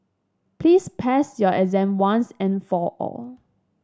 please pass your exam once and for all